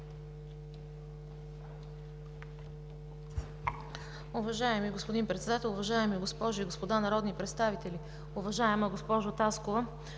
Уважаеми господин Председател, уважаеми дами и господа народни представители! Уважаеми господин